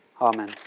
Amen